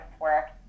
work